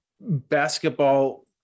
Basketball